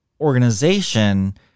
organization